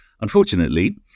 unfortunately